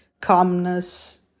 calmness